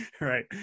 Right